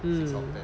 mm